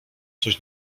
coś